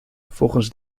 volgens